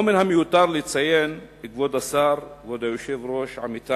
לא מיותר לציין, כבוד השר, כבוד היושב-ראש, עמיתי